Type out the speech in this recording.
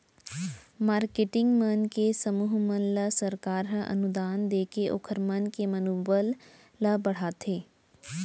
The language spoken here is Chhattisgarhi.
मारकेटिंग मन के समूह मन ल सरकार ह अनुदान देके ओखर मन के मनोबल ल बड़हाथे